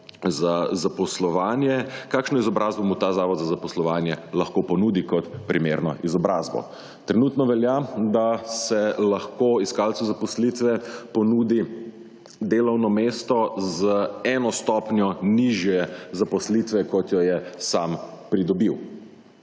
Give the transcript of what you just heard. za zaposlovanje, kakšno izobrazbo mu ta Zavod za zaposlovanje lahko ponudi kot primerno izobrazbo. Trenutno velja, da se lahko iskalcu zaposlitve ponudi delovno mesto z eno stopnjo nižje zaposlitve, kot jo je sam pridobil.